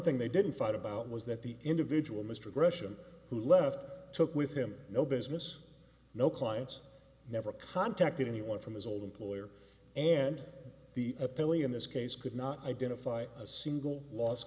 thing they didn't fight about was that the individual mr gresham who left took with him no business no clients never contacted anyone from his old employer and the appellee in this case could not identify a single los